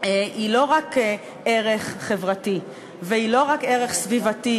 הוא לא רק ערך חברתי והוא לא רק ערך סביבתי,